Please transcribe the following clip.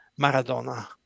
Maradona